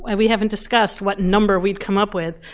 and we haven't discussed what number we'd come up with